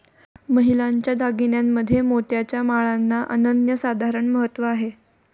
महिलांच्या दागिन्यांमध्ये मोत्याच्या माळांना अनन्यसाधारण महत्त्व आहे